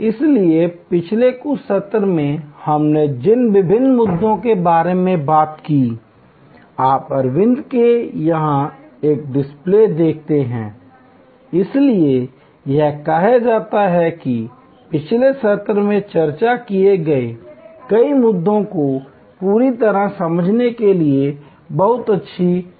इसलिए पिछले कुछ सत्रों में हमने जिन विभिन्न मुद्दों के बारे में बात की है आप अरविंद के यहाँ एक डिस्प्ले देखते हैं इसलिए यह कहा जाता है कि पिछले सत्रों में चर्चा किए गए कई मुद्दों को पूरी तरह समझने के लिए बहुत अच्छा केस स्टडी है